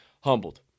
humbled